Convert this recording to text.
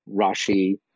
Rashi